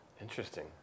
Interesting